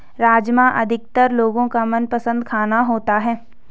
राजमा अधिकतर लोगो का मनपसंद खाना होता है